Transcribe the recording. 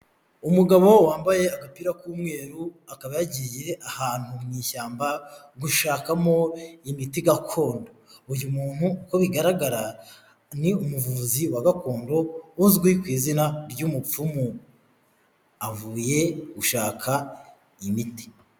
Umugabo wambaye agapira k'umweru, akaba yagiye ahantu mu ishyamba, gushakamo imiti gakondo. Uyu muntu uko bigaragara, ni umuvuzi wa gakondo, uzwi ku izina ry'umupfumu. Avuye gushaka imiti.